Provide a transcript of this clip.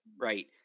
Right